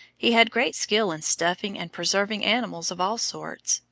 he had great skill in stuffing and preserving animals of all sorts.